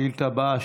השאילתה הבאה,